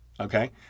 Okay